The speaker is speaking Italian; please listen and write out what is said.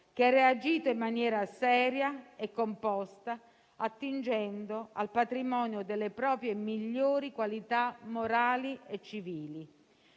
che ha reagito in maniera seria e composta, attingendo al patrimonio delle proprie migliori qualità morali e civili.